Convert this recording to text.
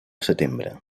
setembre